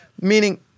meaning